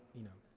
you know,